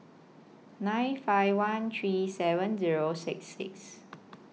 nine five one three seven Zero six six